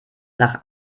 nach